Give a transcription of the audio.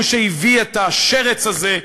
הוא שהביא את השרץ הזה,